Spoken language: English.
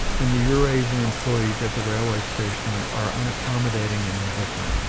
and the eurasian employes at the railway station are unaccommodating and indifferent,